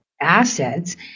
assets